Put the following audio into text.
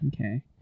Okay